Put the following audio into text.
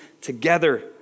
together